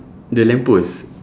the lamp post